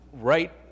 right